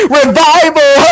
revival